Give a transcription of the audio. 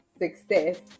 success